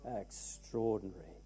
Extraordinary